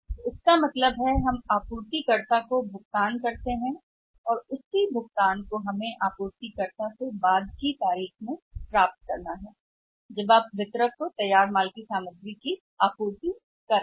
तो इसका मतलब है कि जब हम आपूर्तिकर्ता को भुगतान कर रहे हैं तो हमें उस भुगतान को पुनर्प्राप्त करना होगा आपूर्तिकर्ता से बाद की तारीख से आपूर्तिकर्ता से सामग्री प्राप्त करके और जब आप हों यहाँ वितरकों को तैयार माल की आपूर्ति करना